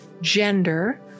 gender